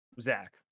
Zach